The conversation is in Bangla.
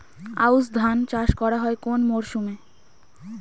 আউশ ধান চাষ করা হয় কোন মরশুমে?